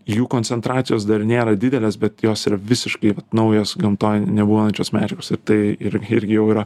jų koncentracijos dar nėra didelės bet jos yra visiškai naujos gamtoj nebūnančios medžiagos ir tai ir irgi jau yra